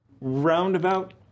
roundabout